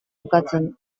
bukatzen